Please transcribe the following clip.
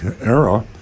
era